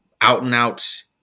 out-and-out